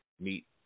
meet